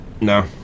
No